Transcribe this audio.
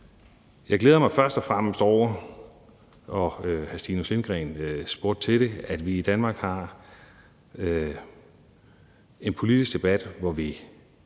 Jeg glæder mig først og fremmest over – og hr. Stinus Lindgreen spurgte til det – at vi i Danmark har en politisk debat, hvor vi